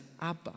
Abba